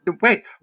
Wait